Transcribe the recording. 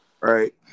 Right